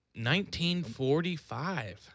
1945